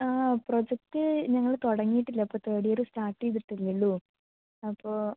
ആ പ്രൊജക്ട് ഞങ്ങൾ തുടങ്ങിയിട്ടില്ല ഇപ്പോൾ തേർഡ് ഇയറ് സ്റ്റാർട്ട് ചെയ്തിട്ടല്ലെ ഉളളൂ അപ്പോൾ